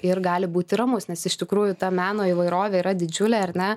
ir gali būti ramus nes iš tikrųjų ta meno įvairovė yra didžiulė ar ne